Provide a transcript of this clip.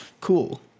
cool